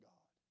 God